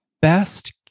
Best